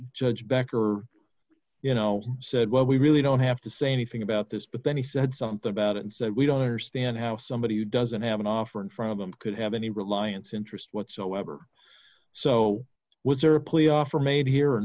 judge becker you know said well we really don't have to say anything about this but then he said something about and said we don't understand how somebody who doesn't have an offer in front of them could have any reliance interest whatsoever so was her plea offer made here or